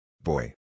Boy